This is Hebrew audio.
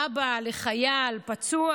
אבא לחייל פצוע,